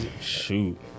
Shoot